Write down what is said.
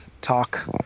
talk